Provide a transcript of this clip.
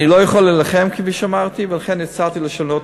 אני לא יכול להילחם, כמו שאמרתי, ולכן הצעתי לשנות